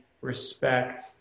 respect